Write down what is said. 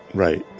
right.